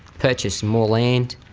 purchasing more land,